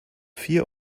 vier